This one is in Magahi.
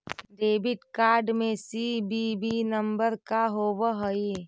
डेबिट कार्ड में सी.वी.वी नंबर का होव हइ?